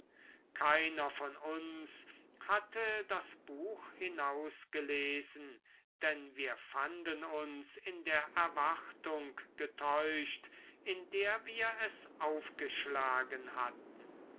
keiner von uns hatte das buch hinausgelesen denn wir fanden uns in der erwartung getäuscht in der wir es aufgeschlagen hatten